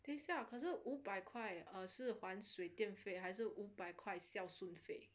等一下可是五百块 uh 是还水电费还是五百块孝顺费